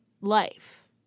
life